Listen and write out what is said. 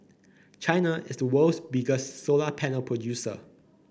China is the world's biggest solar panel producer